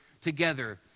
together